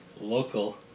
local